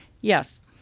yes